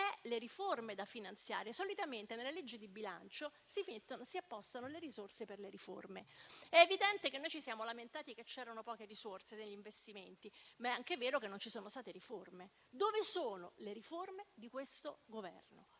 le riforme da finanziare. Solitamente nella legge di bilancio si appostano le risorse per le riforme. È evidente che noi ci siamo lamentati che c'erano poche risorse per gli investimenti, ma è anche vero che non ci sono state riforme. Dove sono le riforme di questo Governo?